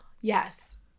Yes